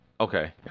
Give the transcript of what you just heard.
okay